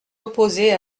opposée